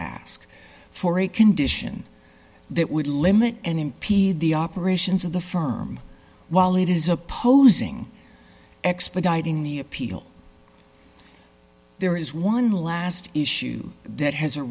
ask for a condition that would limit and impede the operations of the firm while it is opposing expediting the appeal there is one last issue that has a